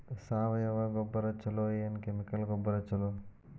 ಸಾವಯವ ಗೊಬ್ಬರ ಛಲೋ ಏನ್ ಕೆಮಿಕಲ್ ಗೊಬ್ಬರ ಛಲೋ?